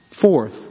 Fourth